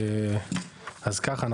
אז ככה,